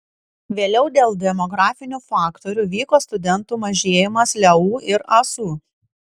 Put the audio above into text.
vėliau dėl demografinių faktorių vyko studentų mažėjimas leu ir asu